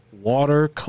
water